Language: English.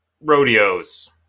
rodeos